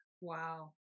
Wow